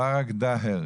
פראג דאהר,